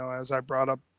so as i brought up,